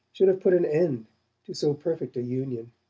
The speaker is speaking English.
should have put an end to so perfect a union